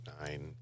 nine